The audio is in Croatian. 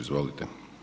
Izvolite.